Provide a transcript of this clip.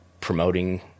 promoting